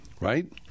right